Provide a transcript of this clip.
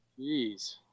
Jeez